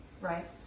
right